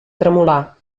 tremolar